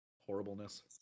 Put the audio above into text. horribleness